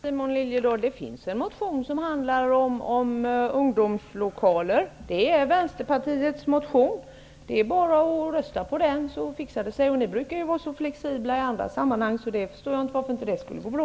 Herr talman! Det finns en motion från Vänsterpartiet, Simon Liliedahl, som handlar om ungdomslokaler. Det är bara att rösta på den så fixar det sig. Ni brukar ju vara så flexibla i andra sammanhang, så jag förstår inte varför inte det skulle gå bra.